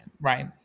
right